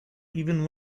even